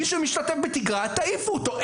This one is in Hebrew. מי שמשתתף בתגרה תעיפו אותו,